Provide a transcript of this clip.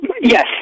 Yes